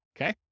Okay